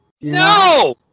No